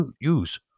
use